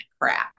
crap